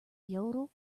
yodel